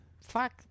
fuck